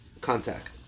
contact